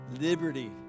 Liberty